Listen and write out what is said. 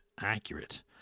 accurate